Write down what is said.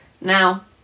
Now